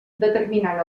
determinant